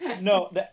No